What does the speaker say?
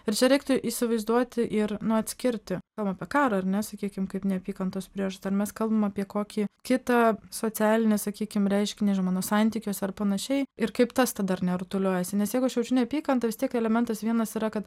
ir čia reiktų įsivaizduoti ir nu atskirti pum apie karą ar ne sakykim kaip neapykantos prieš dar mes kalbam apie kokį kitą socialinį sakykim reiškinį žmonių santykius ar panašiai ir kaip tas tada ar ne rutuliojasi nes jeigu aš jaučiu neapykantą vis tiek elementas vienas yra kad